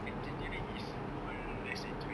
engineering is more less enjoying